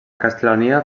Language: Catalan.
castlania